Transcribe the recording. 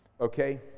okay